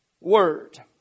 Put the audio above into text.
word